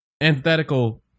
antithetical